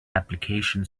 application